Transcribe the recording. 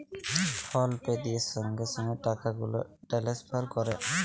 ফল pay দিঁয়ে সঙ্গে সঙ্গে টাকা গুলা টেলেসফার ক্যরে